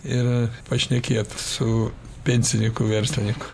ir pašnekėt su pensininku verslininku